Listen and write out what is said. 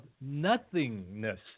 nothingness